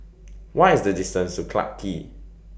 What IS The distance to Clarke Quay